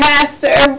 Pastor